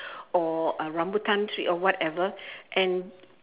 or a rambutan tree or whatever and